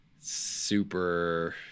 super